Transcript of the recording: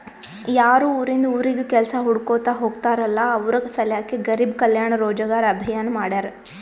ಯಾರು ಉರಿಂದ್ ಉರಿಗ್ ಕೆಲ್ಸಾ ಹುಡ್ಕೋತಾ ಹೋಗ್ತಾರಲ್ಲ ಅವ್ರ ಸಲ್ಯಾಕೆ ಗರಿಬ್ ಕಲ್ಯಾಣ ರೋಜಗಾರ್ ಅಭಿಯಾನ್ ಮಾಡ್ಯಾರ್